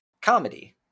comedy